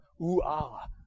ooh-ah